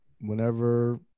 whenever